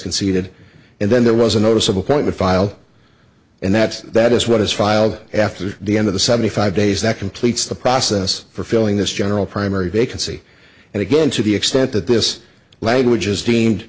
conceded and then there was a noticeable point to file and that's that is what is filed after the end of the seventy five days that completes the process for filling this general primary vacancy and again to the extent that this language is deemed